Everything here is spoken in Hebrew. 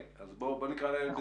אז בוא נקרא לילד בשמו.